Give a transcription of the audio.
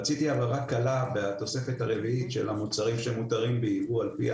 רציתי הבהרה קלה מהתוספת הרביעית של המוצרים שמותרים ביבוא על פי